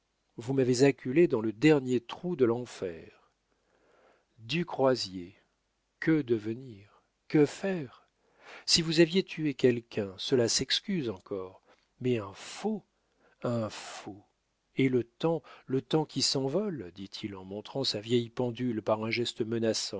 vous m'avez acculé dans le dernier trou de l'enfer du croisier que devenir que faire si vous aviez tué quelqu'un cela s'excuse encore mais un faux un faux et le temps le temps qui s'envole dit-il en montrant sa vieille pendule par un geste menaçant